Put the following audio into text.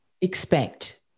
expect